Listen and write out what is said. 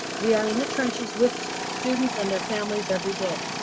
we are in the trenches with students and their families every day.